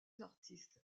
artistes